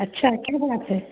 अच्छा क्या बात है